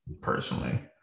personally